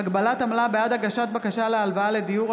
(הגבלת עמלה בעד הגשת בקשה להלוואה לדיור),